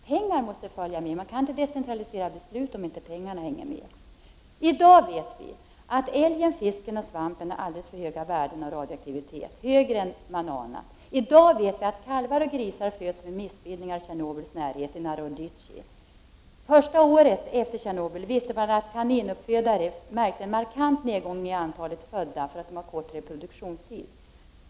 Pengar måste följa med! Man kan inte decentralisera besluten, om inte pengarna hänger med. I dag vet vi att älgen, fisken och svampen har alldeles för höga värden av radioaktivitet, högre än man anat. I dag vet vi att kalvar och grisar föds med missbildningar i Tjernobyls närhet, i Naroditji. Första året efter olyckan märkte kaninuppfödare en markant nedgång i antalet födda. Det beror på att kaninerna har kort reproduktionstid.